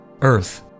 earth